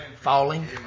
Falling